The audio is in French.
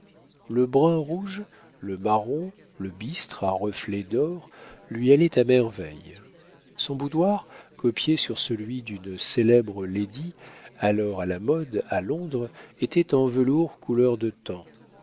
le brun rouge le marron le bistre à reflets d'or lui allaient à merveille son boudoir copié sur celui d'une célèbre lady alors à la mode à londres était en velours couleur de tan